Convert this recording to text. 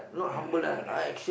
ya and correct